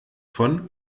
von